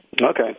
Okay